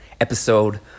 episode